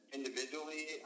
Individually